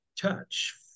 touch